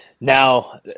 Now